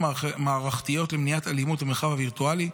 מערכתיות למניעת אלימות במרחב הווירטואלי.